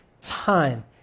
time